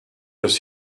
does